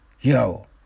Yo